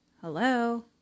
Hello